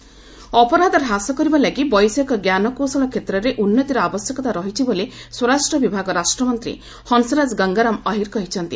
security expo Ahir ଅପରାଧ ହ୍ରାସ କରିବା ଲାଗି ବୈଷୟିକ ଜ୍ଞାନକୌାଳ କ୍ଷେତ୍ରରେ ଉନ୍ନତିର ଆବଶ୍ୟକତା ରହିଛି ବୋଲି ସ୍ୱରାଷ୍ଟ୍ର ବିଭାଗ ରାଷ୍ଟ୍ରମନ୍ତ୍ରୀ ହଂସରାଜ ଗଙ୍ଗାରାମ୍ ଅହିର୍ କହିଛନ୍ତି